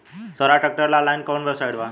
सोहराज tractor ला online कोउन website बा?